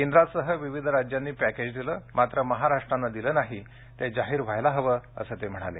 केंद्रासह विविध राज्यांनी पॅकेज दिले मात्र महाराष्ट्रानं दिलं नाही ते जाहीर व्हायला हवं असं ते म्हणाले